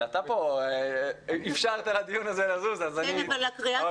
אתה אפשרת לדיון הזה לזוז ואני הצטרפתי.